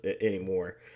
anymore